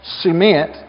cement